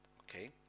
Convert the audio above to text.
Okay